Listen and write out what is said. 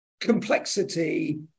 complexity